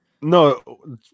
No